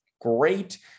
great